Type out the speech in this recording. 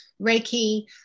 Reiki